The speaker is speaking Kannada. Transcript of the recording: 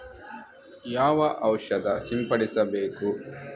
ಯಾವ ಔಷಧ ಸಿಂಪಡಿಸಬೇಕು?